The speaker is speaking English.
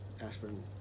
aspirin